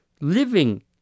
living